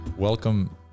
Welcome